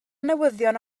newyddion